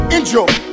Enjoy